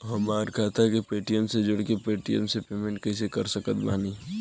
हमार खाता के पेटीएम से जोड़ के पेटीएम से पेमेंट कइसे कर सकत बानी?